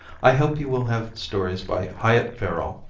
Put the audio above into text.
i hope you will have stories by hyatt verril,